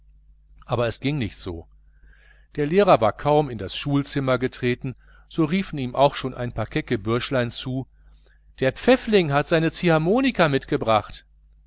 aber es ging nicht so der lehrer war kaum in das schulzimmer getreten so riefen ihm auch schon ein paar kecke bürschchen zu der pfäffling hat seine ziehharmonika mitgebracht